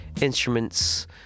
Instruments